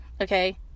okay